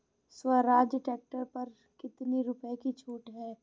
Swaraj tractor पर कितनी रुपये की छूट है?